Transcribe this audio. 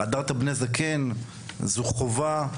״והדרת פני זקן.״ זו חובה,